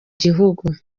gihugu